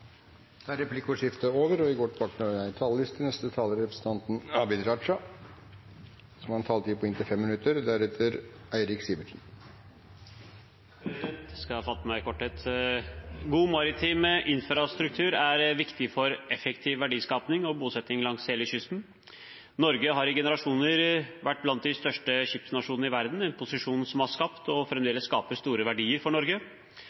Replikkordskiftet er over. Jeg skal fatte meg i korthet. God maritim infrastruktur er viktig for effektiv verdiskaping og bosetting langs hele kysten. Norge har i generasjoner vært blant de største skipsfartsnasjonene i verden – en posisjon som har skapt og fremdeles skaper store verdier for Norge.